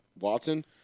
Watson